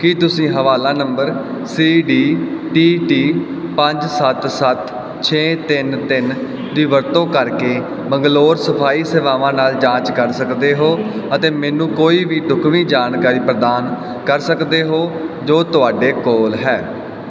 ਕੀ ਤੁਸੀਂ ਹਵਾਲਾ number C D T T ਪੰਜ ਸੱਤ ਸੱਤ ਛੇ ਤਿੰਨ ਤਿੰਨ ਦੀ ਵਰਤੋਂ ਕਰਕੇ ਬੰਗਲੌਰ ਸਫ਼ਾਈ ਸੇਵਾਵਾਂ ਨਾਲ ਜਾਂਚ ਕਰ ਸਕਦੇ ਹੋ ਅਤੇ ਮੈਨੂੰ ਕੋਈ ਵੀ ਢੁਕਵੀਂ ਜਾਣਕਾਰੀ ਪ੍ਰਦਾਨ ਕਰ ਸਕਦੇ ਹੋ ਜੋ ਤੁਹਾਡੇ ਕੋਲ ਹੈ